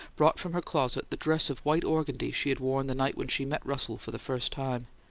brought from her closet the dress of white organdie she had worn the night when she met russell for the first time.